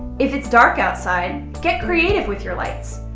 if it's dark outside, get creative with your lights,